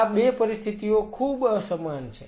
આ 2 પરિસ્થિતિઓ ખૂબ અસમાન છે